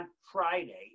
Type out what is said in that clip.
Friday